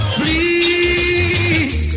please